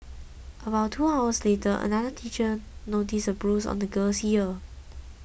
about two hours later another teacher noticed a bruise on the girl's ear